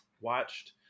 watched